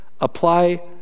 apply